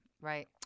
Right